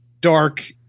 dark